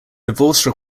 divorce